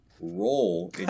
role